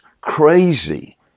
crazy